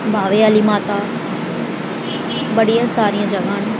बावे आह्ली माता बड़ियां सारियां जगह न